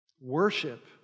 Worship